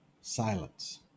silence